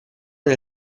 nel